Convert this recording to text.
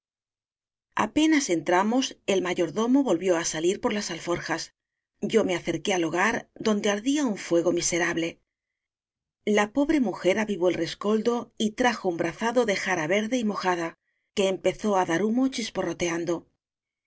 apenas entramos el mayordomo volvió á salir por las alforjas yo me acerqué al ho gar donde ardía un fuego miserable la po bre mujer avivó el rescoldo y trajo un bra zado de jara verde y mojada que empezó á dar humo